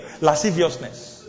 lasciviousness